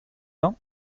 dain